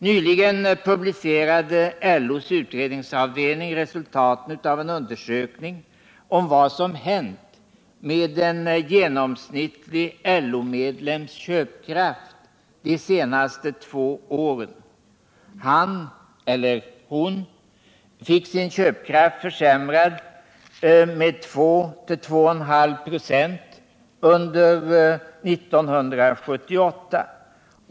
Nyligen publicerade LO:s utredningsavdelning resultaten av en undersökning om vad som hänt med en genomsnittlig LO-medlems köpkraft de senaste två åren. Han eller hon fick sin köpkraft försämrad med 2,0-2,5 96 under 1978.